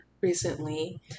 recently